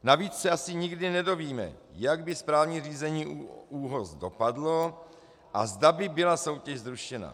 Navíc se asi nikdy nedozvíme, jak by správní řízení u ÚOHS dopadlo a zda by byla soutěž zrušena.